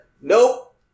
Nope